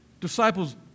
disciples